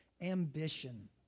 ambition